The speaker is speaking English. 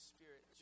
Spirit